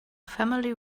family